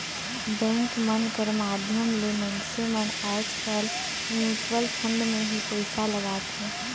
bank मन कर माध्यम ले मइनसे मन आएज काएल म्युचुवल फंड में ही पइसा लगाथें